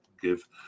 give